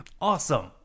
awesome